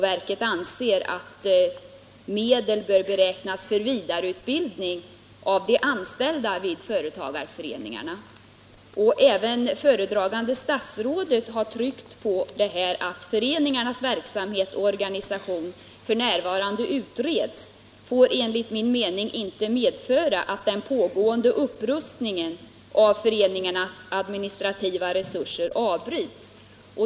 Verket anser att medel bör beräknas för vidareutbildning av de anställda vid företagareföreningarna. Föredragande statsrådet har betonat att det faktum att föreningarnas verksamhet och organisation f. n. utreds inte får medföra att den pågående upprustningen av föreningarnas administrativa resurser avbryts.